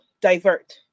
divert